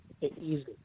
easily